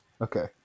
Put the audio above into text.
Okay